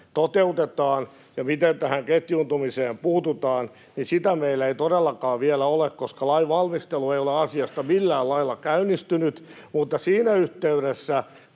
toteutetaan ja miten tähän ketjuuntumiseen puututaan, meillä ei todellakaan vielä ole, koska lainvalmistelu ei ole asiasta millään lailla käynnistynyt. Mutta siinä yhteydessä,